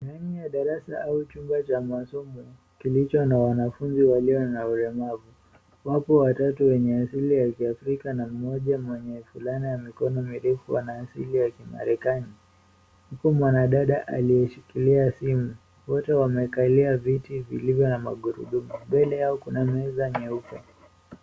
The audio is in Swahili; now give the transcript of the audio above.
Ndani ya darasa au chumba cha masomo kilicho na wanafunzi walio na ulemavu, wapo watatu wenye asili ya kiafrika na mmoja mwenye fulana ya mikono mirefu ana asili ya kimarekani huku mwanadada aliyeshikiia simu. Wote wamekalia viti vilivyo na magurudumu. Mbele yao kuna meza nyeupe.